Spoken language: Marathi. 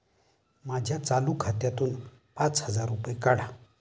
माझ्या चालू खात्यातून पाच हजार रुपये काढा